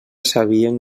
sabien